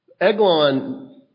Eglon